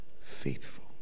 faithful